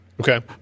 Okay